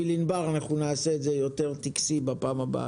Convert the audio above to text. הפסקה הבאה